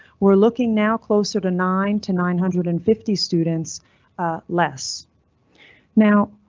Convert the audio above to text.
we're looking now closer to nine to nine hundred and fifty students less now.